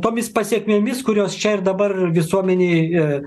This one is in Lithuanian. tomis pasekmėmis kurios čia ir dabar visuomenėj